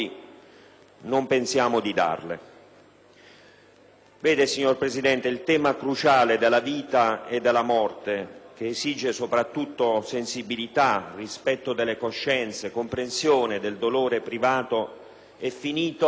non pensa di darle.